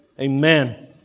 Amen